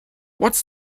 what’s